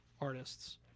artists